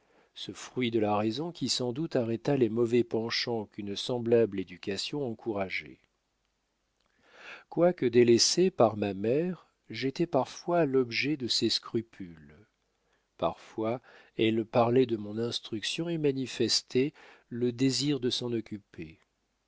ce fruit de la raison qui sans doute arrêta les mauvais penchants qu'une semblable éducation encourageait quoique délaissé par ma mère j'étais parfois l'objet de ses scrupules parfois elle parlait de mon instruction et manifestait le désir de s'en occuper